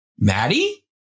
Maddie